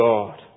God